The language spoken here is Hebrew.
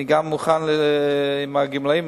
אני גם מוכן לגבי הגמלאים,